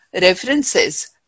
references